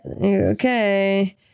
okay